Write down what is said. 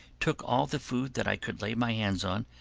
took all the food that i could lay my hands on,